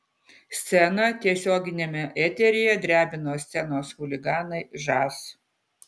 sceną tiesioginiame eteryje drebino scenos chuliganai žas